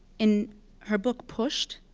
in her book, pushed,